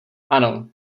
ano